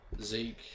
Zeke